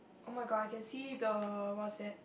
oh my god I can see the what's that